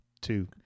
two